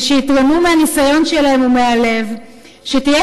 / ושיתרמו מהניסיון שלהם ומהלב / שתהיה